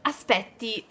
Aspetti